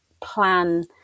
plan